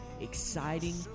exciting